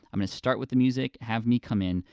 i'm gonna start with the music, have me come in,